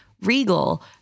regal